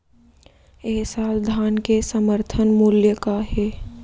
ए साल धान के समर्थन मूल्य का हे?